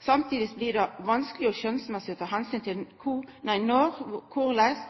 Samtidig blir det vanskeleg skjønsmessig å ta omsyn til når, korleis